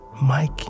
Mike